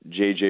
jj